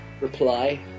reply